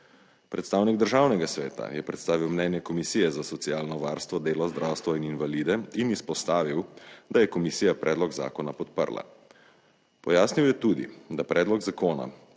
Predstavnik Državnega sveta je predstavil mnenje Komisije za socialno varstvo, delo, zdravstvo in invalide in izpostavil, da je komisija predlog zakona podprla. Pojasnil je tudi, da predlog zakona